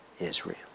Israel